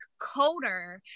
coder